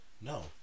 No